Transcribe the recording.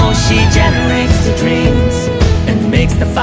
she generates the dreams and makes the